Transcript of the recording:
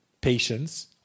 patience